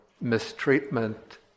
mistreatment